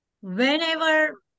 whenever